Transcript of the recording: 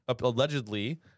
allegedly